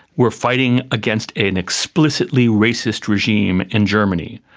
we're fighting against an explicitly racist regime in germany,